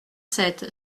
sept